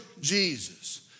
Jesus